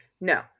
No